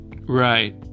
Right